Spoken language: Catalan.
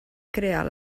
crear